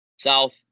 South